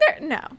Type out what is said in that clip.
No